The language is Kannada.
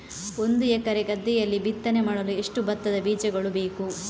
ಒಂದು ಎಕರೆ ಗದ್ದೆಯಲ್ಲಿ ಬಿತ್ತನೆ ಮಾಡಲು ಎಷ್ಟು ಭತ್ತದ ಬೀಜಗಳು ಬೇಕು?